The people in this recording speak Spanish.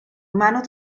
manos